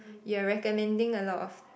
you're recommending a lot of